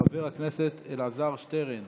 חבר הכנסת אלעזר שטרן,